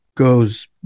Goes